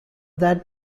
that